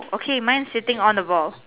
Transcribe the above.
okay mine is sitting on the ball